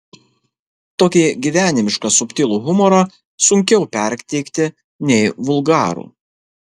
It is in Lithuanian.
tokį gyvenimišką subtilų humorą sunkiau perteikti nei vulgarų